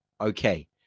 Okay